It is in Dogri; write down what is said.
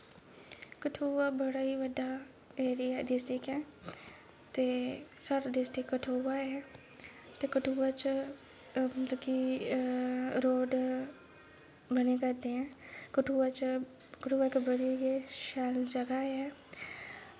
कठुआ बड़ा बड्डा एरिया डिस्ट्रिक ऐ ते साढ़ी डिस्ट्रिक कठुआ ऐ ते कठुआ च ओह् मतलब कि रोड़ बना करदी ऐ कठुआ च इक बड़ी गै शैल जगह् ऐ